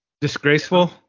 Disgraceful